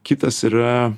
kitas yra